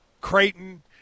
Creighton